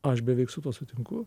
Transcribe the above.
aš beveik su tuo sutinku